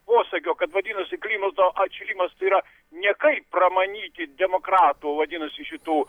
posakio kad vadinasi klimato atšilimas tai yra niekai pramanyti demokratų vadinasi šitų